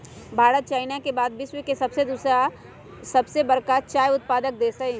Bharat China के बाद विश्व में दूसरा सबसे बड़का चाय उत्पादक देश हई